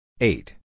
Eight